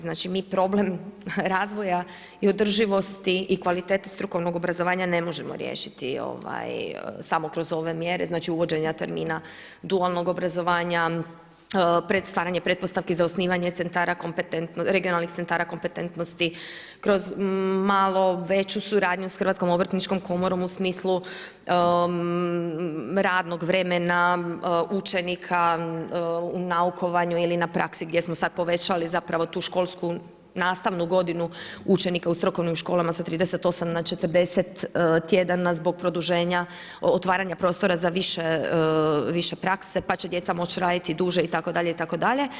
Znači mi problem razvoja i održivosti i kvalitete strukovnog obrazovanja ne možemo riješiti samo kroz ove mjere znači uvođenja termina dualnog obrazovanja, stvaranje pretpostavki za osnivanje centara, regionalnih centara kompetentnosti, kroz malo veću suradnju sa Hrvatskom obrtničkom komorom u smislu radnog vremena, učenika u naukovanju ili na praksi gdje smo sada povećali zapravo tu školsku nastavnu godinu učenika u strukovnim školama sa 38 na 40 tjedana zbog produženja otvaranja prostora za više prakse pa će djeca moći raditi duže itd., itd.